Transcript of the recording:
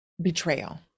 betrayal